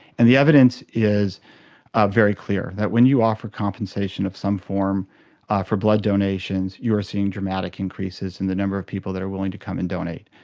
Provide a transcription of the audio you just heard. and the evidence is very clear, that when you offer compensation of some form for blood donations, you are seeing dramatic increases in the number of people that are willing to come and donate.